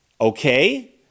Okay